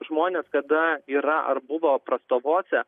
žmonės kada yra ar buvo prastovose